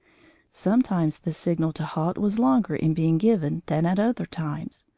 sometimes the signal to halt was longer in being given than at other times,